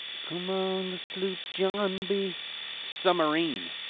come on sloop john b summarine.